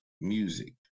music